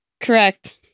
Correct